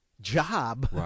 job